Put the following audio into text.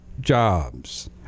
jobs